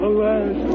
Alas